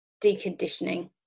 deconditioning